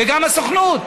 וגם הסוכנות,